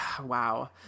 wow